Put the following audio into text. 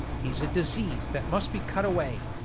he's a disease that must be cut away.